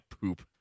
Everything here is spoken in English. poop